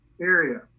area